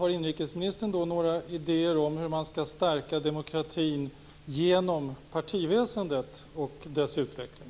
Har inrikesministern då några idéer om hur man skall stärka demokratin genom partiväsendet och dess utveckling?